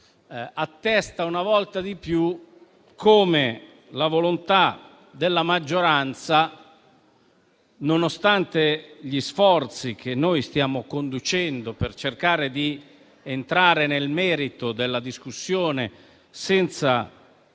attesta una volta di più come la volontà della maggioranza, nonostante gli sforzi che stiamo conducendo per cercare di entrare nel merito della discussione senza